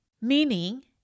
Meaning